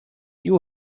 you